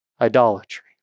Idolatry